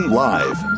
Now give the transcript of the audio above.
live